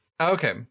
Okay